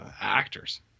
actors